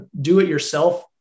do-it-yourself